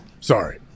sorry